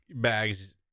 bags